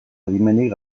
adimenik